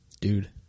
Dude